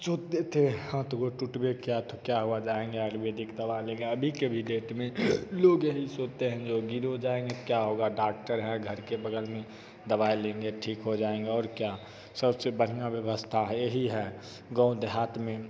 सोचते थे हाथ गोड़ टूटबे किया तो क्या हुआ जाएँगे आयुर्वेदिक दवा लेंगे अभी के भी डेट में लोग यही सोचते हैं जो गीरो जाएँगे त क्या होगा डॉक्टर है घर के बगल में दवाई लेंगे ठीक हो जाएँगे और क्या सबसे बढ़िया व्यवस्था है यही है गाँव देहात में